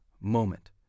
moment